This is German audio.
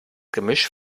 gemisch